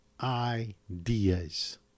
ideas